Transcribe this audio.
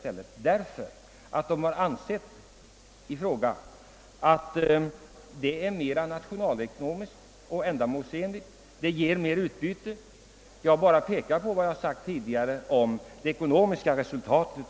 Man har nämligen ansett att detta är mer ändamålsenligt och ger större utbyte sett ur nationalekonomisk synpunkt.